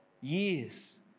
years